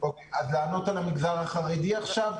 אז לענות על המגזר החרדי עכשיו?